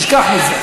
תשכח מזה.